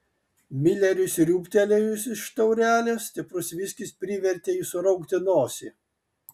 mileriui sriūbtelėjus iš taurelės stiprus viskis privertė jį suraukti nosį